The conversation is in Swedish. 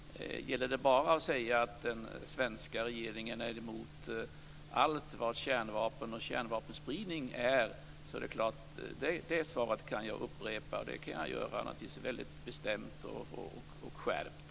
Gäller det bara att säga att den svenska regeringen är emot allt vad kärnvapen och kärnvapenspridning heter, så är det klart att jag kan upprepa det svaret. Det kan jag naturligtvis göra väldigt bestämt och skärpt.